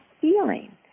feeling